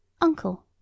Uncle